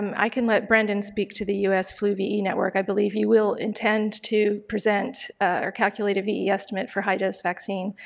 i can let brendan speak to the us flu ve network, i believe he will intend to present or calculate a ve estimate for high dose vaccine.